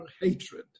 hatred